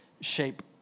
shape